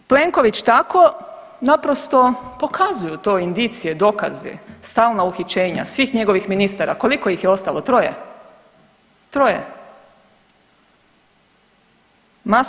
Plenković tako, naprosto pokazuju to indicije, dokazi, stalna uhićenja svih njegovih ministara, koliko ih je ostalo, troje?